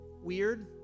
weird